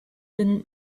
been